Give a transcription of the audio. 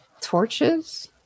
torches